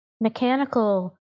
mechanical